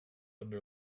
under